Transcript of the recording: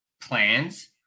plans